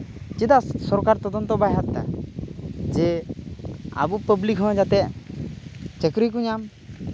ᱪᱮᱫᱟᱜ ᱥᱚᱠᱟᱨ ᱛᱚᱫᱚᱱᱛᱚ ᱵᱟᱭ ᱦᱟᱛᱟᱣᱫᱟ ᱡᱮ ᱟᱵᱚ ᱯᱟᱵᱞᱤᱠ ᱦᱚᱸ ᱡᱟᱛᱮ ᱪᱟᱹᱠᱨᱤ ᱠᱚ ᱧᱟᱢ